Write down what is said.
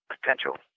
potential